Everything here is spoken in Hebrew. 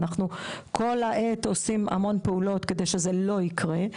אנחנו כל העת עושים המון פעולות כדי שזה לא יקרה,